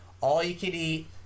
all-you-can-eat